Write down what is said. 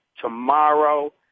tomorrow